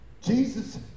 Jesus